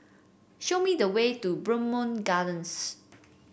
show me the way to Bowmont Gardens